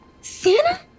Santa